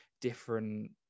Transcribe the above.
different